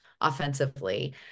offensively